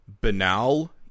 banal